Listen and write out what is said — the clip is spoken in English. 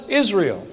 Israel